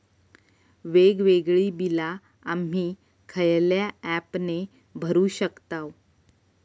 वेगवेगळी बिला आम्ही खयल्या ऍपने भरू शकताव?